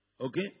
Okay